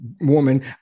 woman